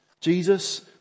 Jesus